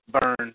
burn